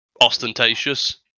ostentatious